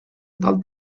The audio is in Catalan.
del